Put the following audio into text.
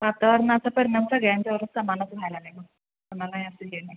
वातावरणाचा परिणाम सगळ्यांच्यावर समानच व्हायला लागला आहे गं कुणाला नाही असं हे नाही